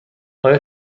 آیا